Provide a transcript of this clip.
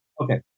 Okay